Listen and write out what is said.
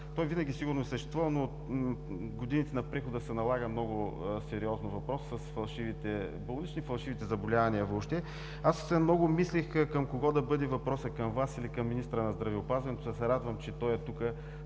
винаги съществува, но в годините на прехода се налага много сериозно въпросът с фалшивите болнични и фалшивите заболявания въобще. Аз много мислих към кого да бъде въпросът – към Вас или към министъра на здравеопазването, но се радвам, че той е тук,